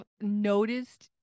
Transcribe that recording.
noticed